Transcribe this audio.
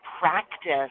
practice